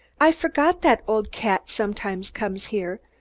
i forgot that old cat sometimes comes here.